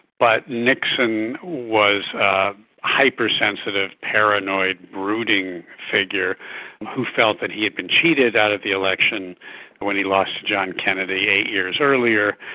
but nixon was a hypersensitive, paranoid, brooding figure who felt that he had been cheated out of the election when he lost to john kennedy eight years earlier.